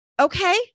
okay